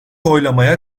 oylamaya